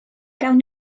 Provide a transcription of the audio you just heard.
gawn